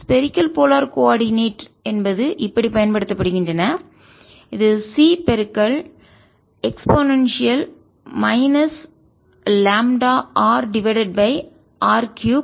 spherical polar coordinate ஆயத்தொலைவுகள் என்பது இப்படி பயன்படுத்தப்படுகின்றன இது C e λr divided by r 3